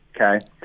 okay